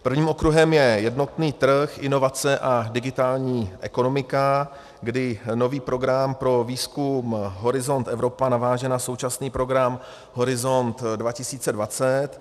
Prvním okruhem je jednotný trh, inovace a digitální ekonomika, kdy nový program pro výzkum Horizont Evropa naváže na současný program Horizont 2020.